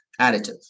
additive